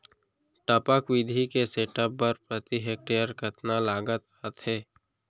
टपक विधि के सेटअप बर प्रति हेक्टेयर कतना लागत आथे?